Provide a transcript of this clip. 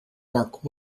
mark